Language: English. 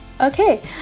Okay